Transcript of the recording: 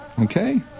Okay